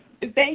Thank